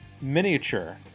Miniature